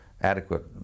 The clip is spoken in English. adequate